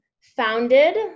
founded